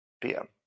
PM